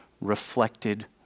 reflected